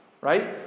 Right